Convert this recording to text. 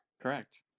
Correct